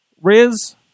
Riz